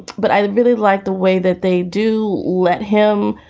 but i would really like the way that they do. let him